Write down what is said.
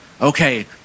Okay